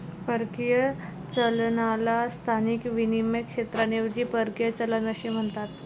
परकीय चलनाला स्थानिक विनिमय क्षेत्राऐवजी परकीय चलन असे म्हणतात